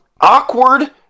awkward